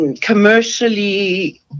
commercially